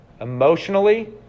Emotionally